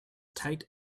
tight